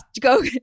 go